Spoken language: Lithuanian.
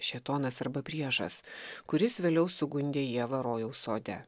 šėtonas arba priešas kuris vėliau sugundė ievą rojaus sode